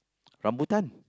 rambutan